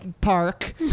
park